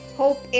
hope